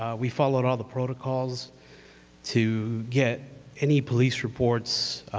ah we followed all the protocols to get any police reports,